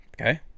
okay